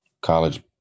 college